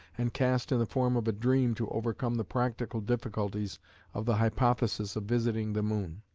and cast in the form of a dream to overcome the practical difficulties of the hypothesis of visiting the moon.